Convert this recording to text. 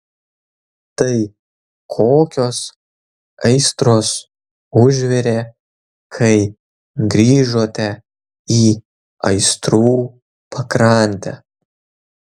tai kokios aistros užvirė kai grįžote į aistrų pakrantę